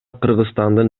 кыргызстандын